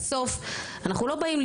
בסוף אנחנו לא באים,